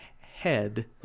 head